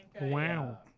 Wow